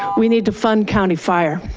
we need to fund county fire,